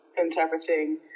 interpreting